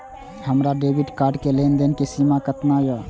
हमार debit card के लेन देन के सीमा केतना ये?